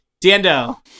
Dando